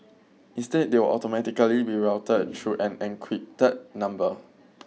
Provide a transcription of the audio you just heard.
instead they will automatically be routed through an encrypted number